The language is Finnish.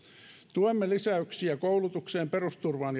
tuemme lisäyksiä koulutukseen perusturvaan